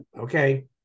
okay